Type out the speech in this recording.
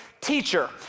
Teacher